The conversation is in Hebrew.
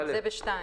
כן, זה בסעיף